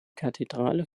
kathedrale